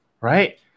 right